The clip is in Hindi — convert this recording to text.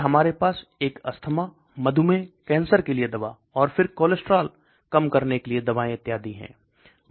फिर हमारे पास एक अस्थमा मधुमेह कैंसर के लिए दवा और फिर कोलेस्ट्रॉल कम करने के लिए दबाये इत्यादि है